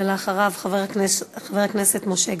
ואחריו, חבר הכנסת משה גפני.